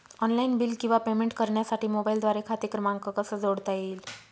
Online bill किंवा payment करण्यासाठी मोबाईलद्वारे खाते क्रमांक कसा जोडता येईल?